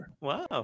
Wow